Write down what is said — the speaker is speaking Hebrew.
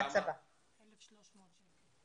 זה מחייב חיילים בודדים,